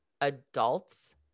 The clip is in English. adults